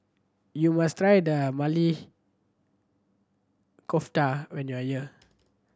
you must try the Maili Kofta when you are here